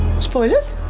Spoilers